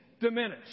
diminished